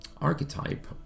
archetype